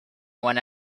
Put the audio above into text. one